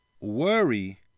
Worry